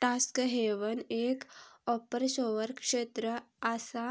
tax haven एक offshore क्षेत्र आसा